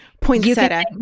Poinsettia